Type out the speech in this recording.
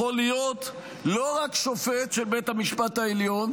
להיות לא רק שופט של בית המשפט העליון,